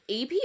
AP